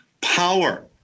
power